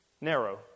Narrow